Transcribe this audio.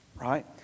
right